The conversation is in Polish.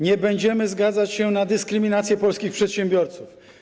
Nie będziemy zgadzać się na dyskryminację polskich przedsiębiorców.